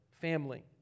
family